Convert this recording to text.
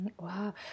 Wow